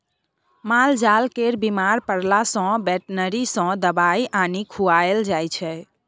मालजाल केर बीमार परला सँ बेटनरी सँ दबाइ आनि खुआएल जाइ छै